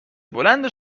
بلند